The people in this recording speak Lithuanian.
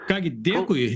ką gi dėkui